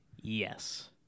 Yes